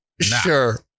sure